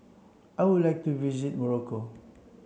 I would like to visit Morocco